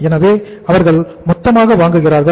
எனவே அவர்கள் மொத்தமாக வாங்குகிறார்கள்